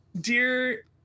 Dear